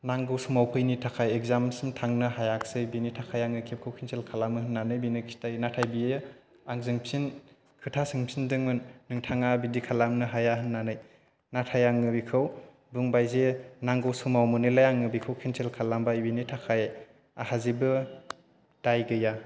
नांगौ समाव फैयैनि थाखाय एगजामसिम थांनो हायासै बिनि थाखाय आङो खेबखौ खेनसेल खालामो होननानै बिनो खिथायो नाथाय बियो आंजों फिन खोथा सोंफिदोंमोन नोंथाङा बिदि खालामनो हाया होननानै नाथाय आङो बिखौ बुंबाय जे नांगौ समाव मोनैलाय आङो बिखौ खेनसेल खालामबाय बिनि थाखाय आंहा जेबो दाय गैया